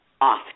off